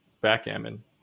backgammon